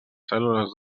cèl·lules